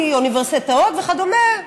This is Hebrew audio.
כי אוניברסיטאות וכדומה,